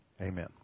Amen